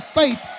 faith